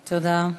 תודה.